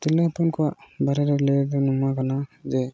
ᱛᱤᱨᱞᱟᱹ ᱦᱚᱯᱚᱱ ᱠᱚᱣᱟᱜ ᱵᱟᱨᱮᱨᱮ ᱞᱟᱹᱭ ᱫᱚ ᱱᱚᱣᱟ ᱠᱟᱱᱟ ᱡᱮ